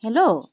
hello